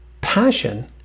passion